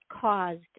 caused